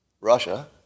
russia